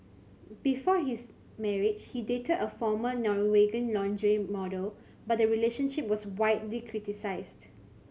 before his marriage he dated a former Norwegian lingerie model but the relationship was widely criticised